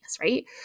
right